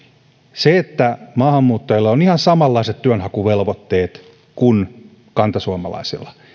se että maahanmuuttajilla on ihan samanlaiset työnhakuvelvoitteet kuin kantasuomalaisilla